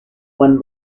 when